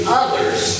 others